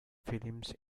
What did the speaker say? films